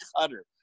cutter